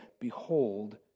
Behold